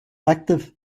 active